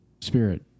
spirit